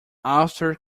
after